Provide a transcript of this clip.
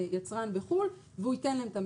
היצרן בחו"ל פה, והיא תיתן את המידע.